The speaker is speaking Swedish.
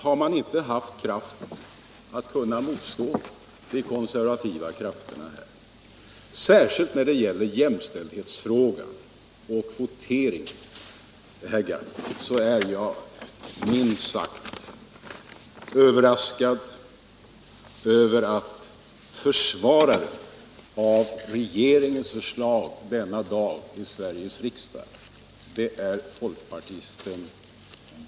Har man inte haft kraft att kunna motstå de konservativa krafterna? Särskilt när det gäller jämställdhetsfrågan och kvoteringen är jag minst sagt överraskad över att den som försvarar regeringens förslag denna dag i Sveriges riksdag är folkpartisten Gahrton.